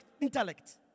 intellect